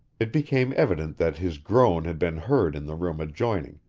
it became evident that his groan had been heard in the room adjoining,